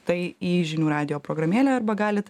tai į žinių radijo programėlę arba galit